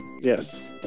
yes